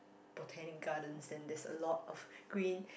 Botanic-Gardens and there's a lot of green